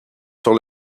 sur